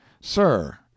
Sir